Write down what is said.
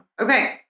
Okay